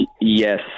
Yes